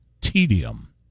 tedium